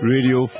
Radio